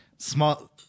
Small